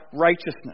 righteousness